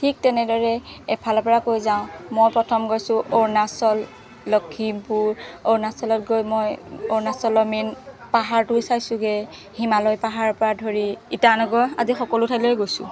ঠিক তেনেদৰে এফালৰ পৰা কৈ যাওঁ মই প্ৰথম গৈছো অৰুণাচল লখিমপুৰ অৰুণাচলত গৈ মই অৰুণাচলৰ মেইন পাহাৰটো চাইছোগৈ হিমালয় পাহাৰৰ পৰা ধৰি ইটানগৰ আদি সকলো ঠাইলৈ গৈছো